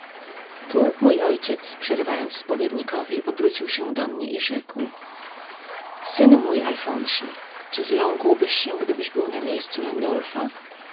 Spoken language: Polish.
tu mój ojciec przerywając spowiednikowi obrócił się do mnie i rzekł synu mój alfonsie czy zląkłbyś się gdybyś był na miejscu